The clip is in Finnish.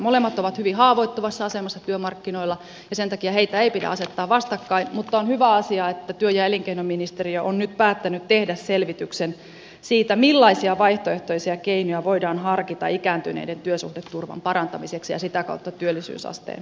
molemmat ovat hyvin haavoittuvassa asemassa työmarkkinoilla ja sen takia heitä ei pidä asettaa vastakkain mutta on hyvä asia että työ ja elinkeinoministeriö on nyt päättänyt tehdä selvityksen siitä millaisia vaihtoehtoisia keinoja voidaan harkita ikääntyneiden työsuhdeturvan parantamiseksi ja sitä kautta työllisyysasteen nostamiseksi